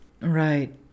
Right